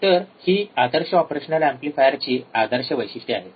तर ही आदर्श ऑपरेशनल एम्पलीफायरची आदर्श वैशिष्ट्ये आहेत